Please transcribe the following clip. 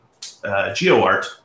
GeoArt